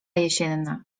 jesienna